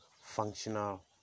functional